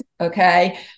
Okay